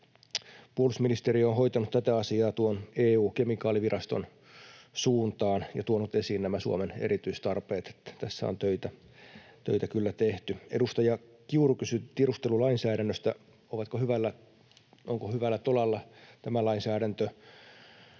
Puolustusministeriö on hoitanut tätä asiaa tuon EU:n kemikaaliviraston suuntaan ja tuonut esiin nämä Suomen erityistarpeet. Tässä on töitä kyllä tehty. Edustaja Kiuru kysyi tiedustelulainsäädännöstä, onko hyvällä tolalla tämä lainsäädäntö.